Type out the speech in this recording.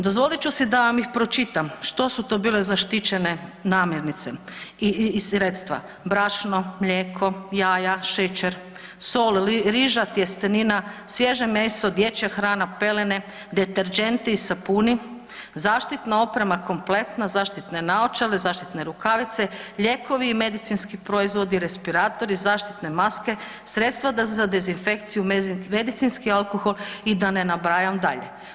Dozvolit ću si da vam ih pročitam što su to bile zaštićene namirnice i sredstva, brašno, mlijeko, jaja, šećer, sol, riža, tjestenina, svježe meso, dječja hrana, pelene, deterdženti, sapuni, zaštitna oprema kompletna, zaštitne naočale, zaštitne rukavice, lijekovi i medicinski proizvodi i respiratori, zaštitne maske, sredstva za dezinfekciju, medicinski alkohol i da ne nabrajam dalje.